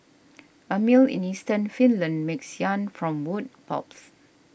a mill in eastern Finland makes yarn from wood pulps